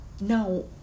Now